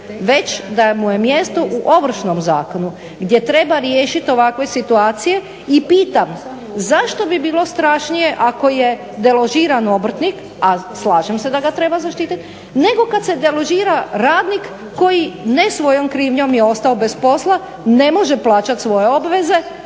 već da mu je mjesto u ovršnom zakonu gdje treba riješiti ovakve situacije. I pitam zašto bi bilo strašnije ako je deložiran obrtnik, a slažem se da ga treba zaštiti nego kada se deložira radnik koji ne svojom krivnjom je ostao bez posla, ne može plaćati svoje obveze